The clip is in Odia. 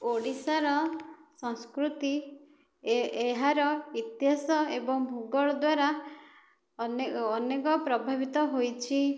ଓଡ଼ିଶାର ସଂସ୍କୃତି ଏହାର ଇତିହାସ ଏବଂ ଭୂଗୋଳ ଦ୍ୱାରା ଅନେକ ପ୍ରଭାବିତ ହୋଇଛି